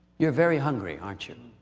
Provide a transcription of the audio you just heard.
you're very hungry, aren't you?